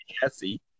Jesse